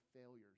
failures